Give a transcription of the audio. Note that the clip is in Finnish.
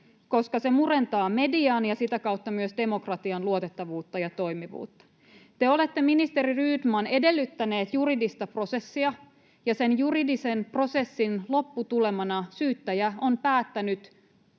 koska se murentaa median ja sitä kautta myös demokratian luotettavuutta ja toimivuutta. Te, ministeri Rydman, olette edellyttänyt juridista prosessia, ja sen juridisen prosessin lopputulemana syyttäjä on päättänyt